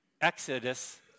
Exodus